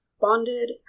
bonded